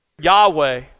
Yahweh